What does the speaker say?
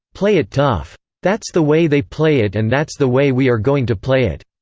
play it tough. that's the way they play it and that's the way we are going to play it.